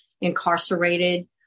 incarcerated